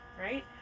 right